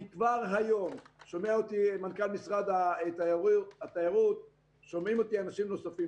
כבר היום שומע אותי מנכ"ל משרד התיירות ואנשים נוספים